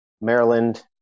Maryland